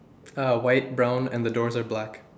uh white brown and the doors are black